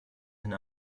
and